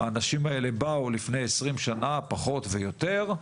האנשים האלה באו לפני 20 שנה, פחות ויותר,